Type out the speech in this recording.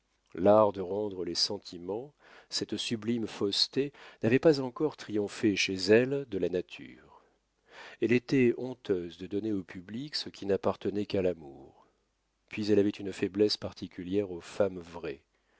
l'art de rendre les sentiments cette sublime fausseté n'avait pas encore triomphé chez elle de la nature elle était honteuse de donner au public ce qui n'appartenait qu'à l'amour puis elle avait une faiblesse particulière aux femmes vraies